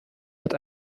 mit